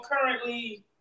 currently